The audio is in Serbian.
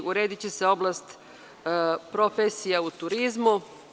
Urediće se oblast profesija u turizmu.